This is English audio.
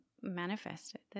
manifested